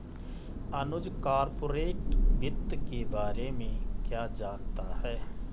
अनुज corporate वित्त के बारे में क्या जानता है?